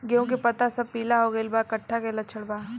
गेहूं के पता सब पीला हो गइल बा कट्ठा के लक्षण बा?